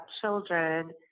children